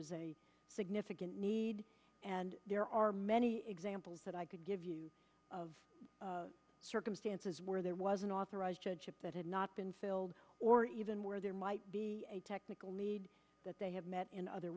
is a significant need and there are many examples that i could give you of circumstances where there was an authorized that had not been filled or even where there might be a technical need that they have met in other